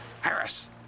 Harris